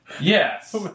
Yes